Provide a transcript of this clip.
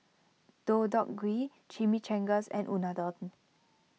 Deodeok Gui Chimichangas and Unadon